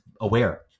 aware